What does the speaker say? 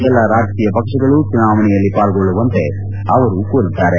ಎಲ್ಲ ರಾಜಕೀಯ ಪಕ್ಷಗಳು ಚುನಾವಣೆಯಲ್ಲಿ ಪಾಲ್ಗೊಳ್ಳುವಂತೆ ಅವರು ಕೋರಿದ್ದಾರೆ